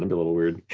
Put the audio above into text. and a little weird.